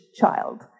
child